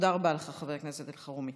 תודה רבה לך, חבר הכנסת אלחרומי.